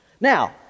Now